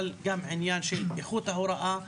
אבל גם עניין של איכות ההוראה,